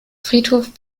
friedhof